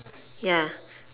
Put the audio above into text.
ya